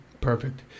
Perfect